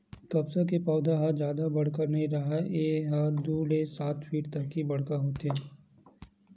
कपसा के पउधा ह जादा बड़का नइ राहय ए ह दू ले सात फीट तक के बड़का होथे